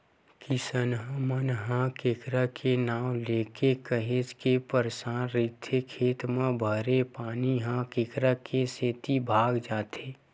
किसनहा मन ह केंकरा के नांव लेके काहेच के परसान रहिथे खेत म भरे पानी ह केंकरा के सेती भगा जाथे